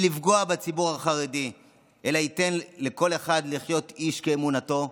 לפגוע בציבור החרדי וייתן לכל אחד לחיות איש כאמונתו,